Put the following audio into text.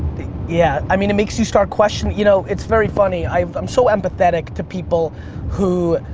yeah. i mean it makes you start questioning, you know, it's very funny. i'm i'm so empathetic to people who,